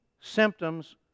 symptoms